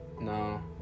No